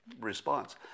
response